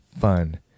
fun